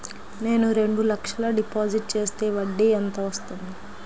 నేను రెండు లక్షల డిపాజిట్ చేస్తే వడ్డీ ఎంత వస్తుంది?